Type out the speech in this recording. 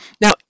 Now